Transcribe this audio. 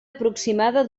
aproximada